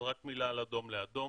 אז רק מילה על אדום לאדום